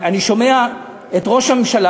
אני שומע את ראש הממשלה,